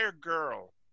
girl